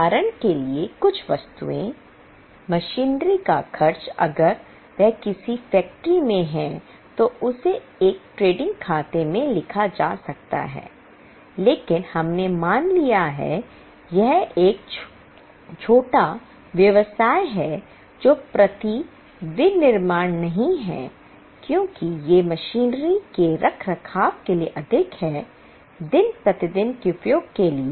उदाहरण के लिए कुछ वस्तुएं मशीनरी का खर्च अगर वह किसी फैक्ट्री में है तो उसे एक ट्रेडिंग खाते में लिखा जा सकता है लेकिन हमने मान लिया है कि यह एक छोटा व्यवसाय है जो प्रति विनिर्माण नहीं है क्योंकि ये मशीनरी के रखरखाव के लिए अधिक हैं दिन प्रतिदिन के उपयोग के लिए